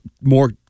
more